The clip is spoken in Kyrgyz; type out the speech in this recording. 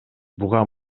буга